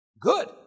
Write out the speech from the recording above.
Good